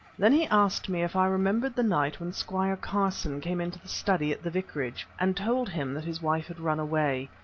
then he asked me if i remembered the night when squire carson came into the study at the vicarage, and told him that his wife had run away,